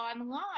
online